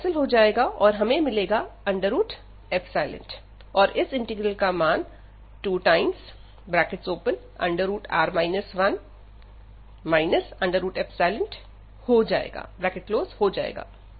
1 cancel हो जाएगा और हमें मिलेगा और इस इंटीग्रल का मान 2tan 1 R 1 tan 1 हो जाएगा